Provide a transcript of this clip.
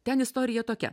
ten istorija tokia